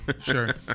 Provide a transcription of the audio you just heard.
Sure